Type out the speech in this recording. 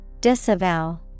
Disavow